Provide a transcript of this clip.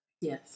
Yes